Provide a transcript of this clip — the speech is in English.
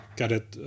kädet